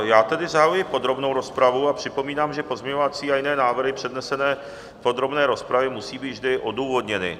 Já tedy zahajuji podrobnou rozpravu a připomínám, že pozměňovací a jiné návrhy přednesené v podrobné rozpravě musí být vždy odůvodněny.